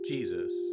Jesus